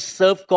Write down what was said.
serve